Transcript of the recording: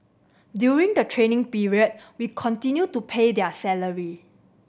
during the training period we continue to pay their salary